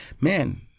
man